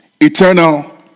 eternal